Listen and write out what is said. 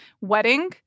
wedding